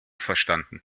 verstanden